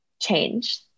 change